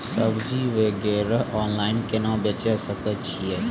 सब्जी वगैरह ऑनलाइन केना बेचे सकय छियै?